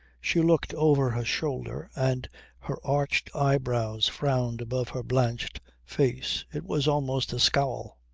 she looked over her shoulder and her arched eyebrows frowned above her blanched face. it was almost a scowl.